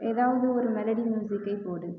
ஏதாவது ஒரு மெலடி மியூசிக்கை போடு